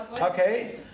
Okay